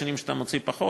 יש שנים שאתה מוציא פחות.